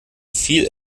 viel